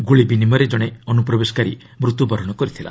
ଗୁଳି ବିନିମୟରେ ଜଣେ ଅନୁପ୍ରବେଶକାରୀ ମୃତ୍ୟୁବରଣ କରିଥିଲା